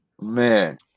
man